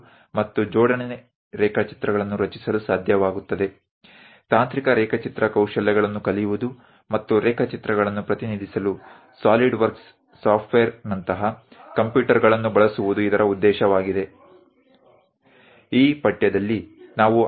આ અભ્યાસક્રમ નો હેતુ એન્જિનિયરિંગ ડ્રોઈંગ ની તકનીકી ચિત્રકામ કુશળતા શીખવાનો અને ડ્રોઇંગ્સ ને રજૂ કરવા માટે કોમ્પ્યુટરનો ઉપયોગ જેમ કે સોલિડ વર્ક સોફ્ટવેર શીખવાનો છે